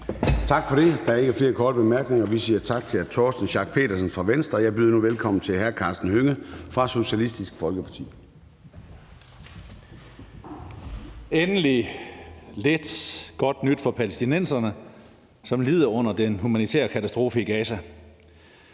Tak for det. Der er ikke flere korte bemærkninger. Vi siger tak til hr. Torsten Schack Pedersen fra Venstre. Jeg byder nu velkommen til hr. Karsten Hønge fra Socialistisk Folkeparti. Kl. 19:29 (Ordfører) Karsten Hønge (SF): Endelig er der lidt godt nyt for palæstinenserne, som lider under den humanitære katastrofe i Gaza.